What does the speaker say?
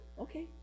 Okay